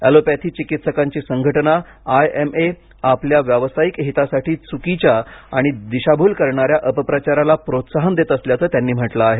allopathy चिकित्सकांची संघटना IMA आपल्या व्यावसायिक हितासाठी चुकीच्या आणि दिशाभूल करणाऱ्या अपप्रचाराला प्रोत्साहन देत असल्याचं त्यांनी म्हटलं आहे